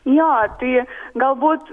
jo tai galbūt